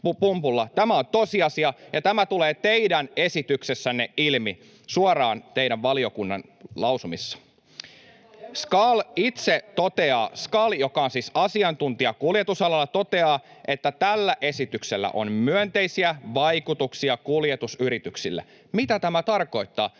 Tämä on tosiasia, ja tämä tulee teidän esityksessänne ilmi suoraan teidän valiokunnan lausumissa. SKAL, joka on siis asiantuntija kuljetusalalla, itse toteaa, että tällä esityksellä on myönteisiä vaikutuksia kuljetusyrityksille. Mitä tämä tarkoittaa?